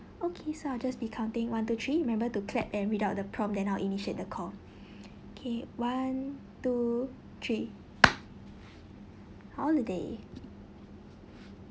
okay so I'll just be counting one two three remember to clap and read out the prompt then I'll initiate the call okay one two three holiday